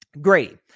Great